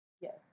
Yes